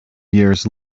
years